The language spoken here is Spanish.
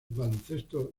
baloncesto